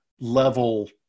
level